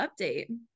update